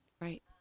right